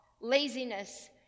laziness